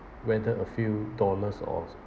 whether a few dollars o~